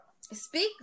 Speak